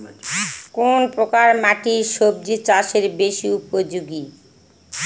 কোন প্রকার মাটি সবজি চাষে বেশি উপযোগী?